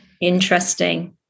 Interesting